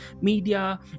media